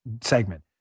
segment